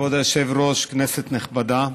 כבוד היושב-ראש, כנסת נכבדה,